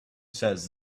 says